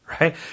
right